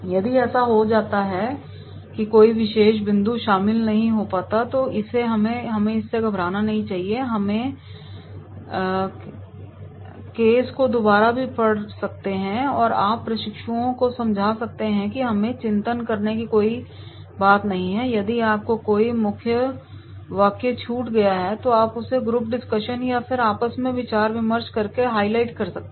यदि ऐसा हो जाता है कि कोई विशेष बिंदु शामिल नहीं हो पाता तो इसमें घबराने की कोई बात नहीं है हम केस को दोबारा भी पड़ सकता है और आप अपने प्रशिक्षुओं को यह समझा सकते हैं कि इसमें चिंता करने की कोई बात नहीं है यदि आप से कोई मुख्य वाक्य छूट गया है तो आप उसे ग्रुप डिस्कशन या फिर आपस में विचार विमर्श करके भी हाईलाइट कर सकते हैं